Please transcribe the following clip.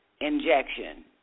injection